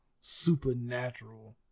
supernatural